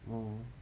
mm